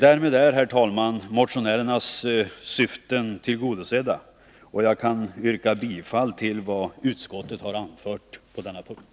Därmed är, herr talman, motionärernas syften tillgodosedda, och jag kan yrka bifall till vad utskottet har anfört på denna punkt.